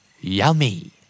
Yummy